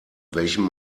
welchem